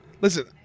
listen